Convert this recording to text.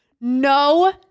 no